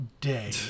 day